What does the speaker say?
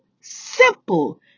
simple